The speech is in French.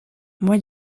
mois